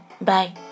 Bye